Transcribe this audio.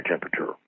temperature